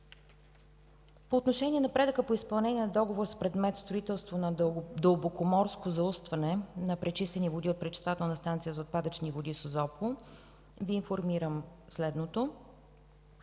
По отношение напредъка от изпълнение на договора с предмет „Строителство на дълбокоморско заустване на пречистени води от пречиствателна станция за отпадъчни води Созопол” Ви информирам следното.